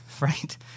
right